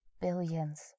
Billions